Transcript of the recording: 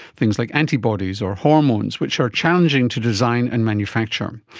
things like antibodies or hormones which are challenging to design and manufacture. um